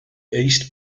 east